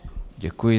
Děkuji.